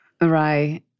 Right